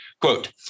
Quote